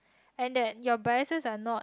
and that your bias are not